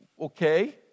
okay